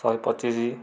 ଶହେ ପଚିଶି